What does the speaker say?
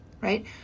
right